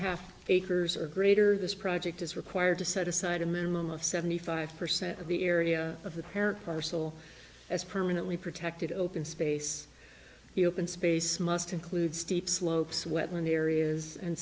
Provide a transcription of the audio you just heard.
half acres or greater this project is required to set aside a minimum of seventy five percent of the area of the parent personal as permanently protected open space the open space must include steep slopes wetland areas and